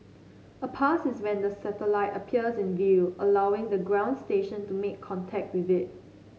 a pass is when the satellite appears in view allowing the ground station to make contact with it